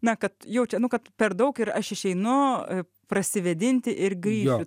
na kad jaučia nu kad per daug ir aš išeinu prasivėdinti ir grįšiu